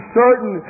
certain